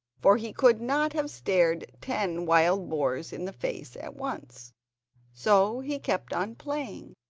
for he could not have stared ten wild boars in the face at once so he kept on playing,